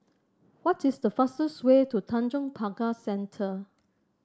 what is the fastest way to Tanjong Pagar Centre